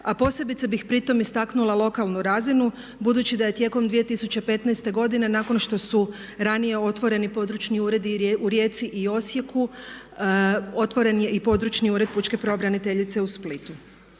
a posebice bih pri tome istaknula lokalnu razinu budući da je tijekom 2015. godine nakon što su ranije otvoreni područni uredi u Rijeci i Osijeku otvoren je i područni ured pučke pravobraniteljice u Splitu.